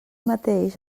mateix